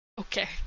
Okay